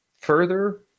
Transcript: further